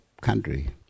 country